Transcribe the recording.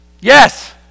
Yes